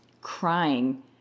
crying